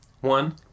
one